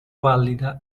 pallida